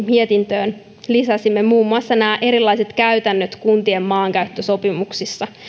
mietintöön myöskin lisäsimme muun muassa nämä erilaiset käytännöt kuntien maankäyttösopimuksissa